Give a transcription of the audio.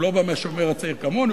הוא לא בא מ"השומר הצעיר" כמוני,